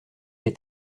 est